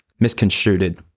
misconstrued